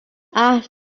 have